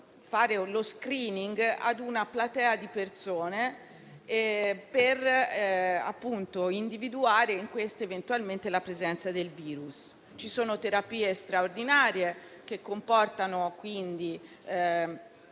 lo *screening* su una platea di persone per individuare eventualmente, la presenza in esse del virus. Ci sono terapie straordinarie che consentono di